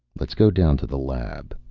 let's go down to the lab.